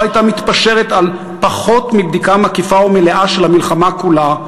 הייתה מתפשרת על פחות מבדיקה מקיפה ומלאה של המלחמה כולה,